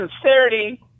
sincerity